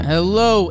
Hello